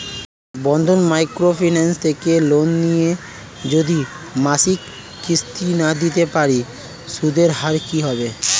বন্ধন micro finance থেকে loan নিয়ে যদি মাসিক কিস্তি না দিতে পারি সুদের হার কি হবে?